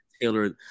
tailored